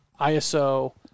ISO